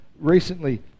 recently